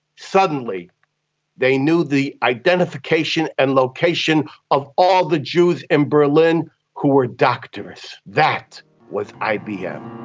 suddenly they knew the identification and location of all the jews in berlin who were doctors. that was ibm.